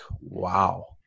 wow